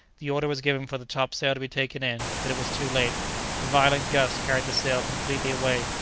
the order was given for the top-sail to be taken in, but it was too late a violent gust carried the sail completely away,